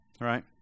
Right